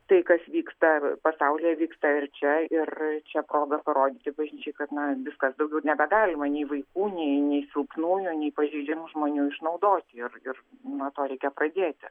tai kas vyksta ir pasaulyje vyksta ir čia ir čia proga parodyti bažnyčiai kad na viskas daugiau nebegalima nei vaikų nei nei silpnųjų nei pažeidžiamų žmonių išnaudoti juos ir nuo to reikia padėti